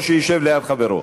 או שישב ליד חברו.